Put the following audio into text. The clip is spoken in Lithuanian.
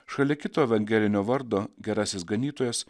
šalia kito evangelinio vardo gerasis ganytojas